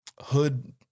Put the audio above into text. hood